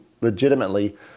legitimately